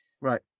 right